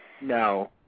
No